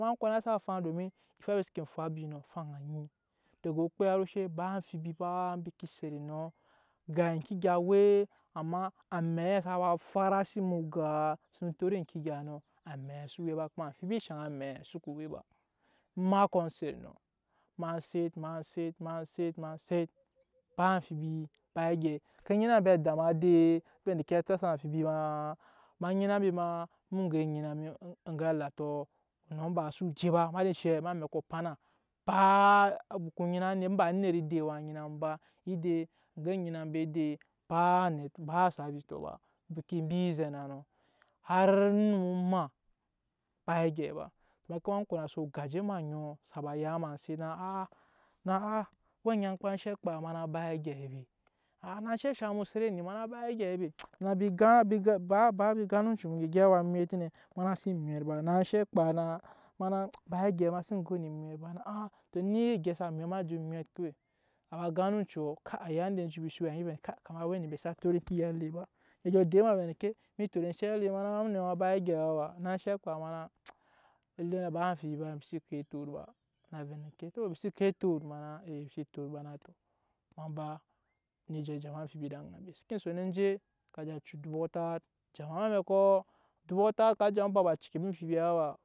Ma konase afaŋ domin ofɛ mbi seke fwabiɛ nɔ afaŋ a nyi daga okpe har oshe ba amfibi ba mbi ke set enɔ ga eŋke egya we amma amɛɛ sa ba farasi eme oŋgaa sana tot eŋke egyaa nɔ amɛɛ xsa we ba kuma amfibi shaŋ amɛɛ soko we ba ema kɔ set nɔ ma set ma set ma set ma set ba amfibi ma ke nyina ambe ada ma edei ma vɛ endeke á torasa ma amfibi ma nyina mbe ma eme oŋge enyina mi oŋge alatɔɔ onumbaa xso je ba emada enshɛ em'amɛkɔ opana ba mu ko nyina onet inba onet edei waa nyina mu ba edei oŋge enyina ambe edei ba services kɔ ba embiɛ zɛna nɔ har onum omaa ba egyɛi ba ma oŋɔ sa ya ma set na aa owɛ nyankpa enshɛ kpa? Ema na ba egyɛi be a na aa enshɛ shaŋ mu set ende a na ba mbi gan oncui mbi gyɛp awa mwɛt nɛ ma na ma xsen mwɛt ba a na enshɛ kpa na a na ba egyɛi ba ma xsen go ne emwɛt ba tɔ eni gyɛp sa nɔ ma na je mwɛt kawai a ka gan oncuɔ a ya inda mbi we shuru a na kama awɛ anembe xsa tot eŋke egya ele ba a dyɔ de ma a vɛ endeke emi tot enshɛ ele. ma na ba egyɛi ba na enshɛ kpa ma na elenɛ ba amfibi ba mbi xse ko etot ba a vɛ neke tɔ mi si ko etot? Ma na ee na tɔ ma ba ni je jama amfibi ed'aŋa mbe ema seken son je ka cu adubu atat jama em'amɛkɔ adubu atat ka ja mu ba ecɔkɔbi amfibi ba fa.